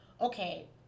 okay